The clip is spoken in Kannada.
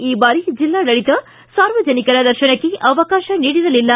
ಈ ಬಾರಿ ಜಿಲ್ಲಾಡಳಿತ ಸಾರ್ವಜನಿಕರ ದರ್ಶನಕ್ಕೆ ಅವಕಾಶ ನೀಡಿರಲಿಲ್ಲ